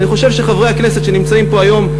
אני חושב שחברי הכנסת שנמצאים פה היום,